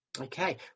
Okay